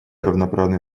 равноправный